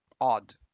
odd